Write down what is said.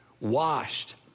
washed